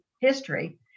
history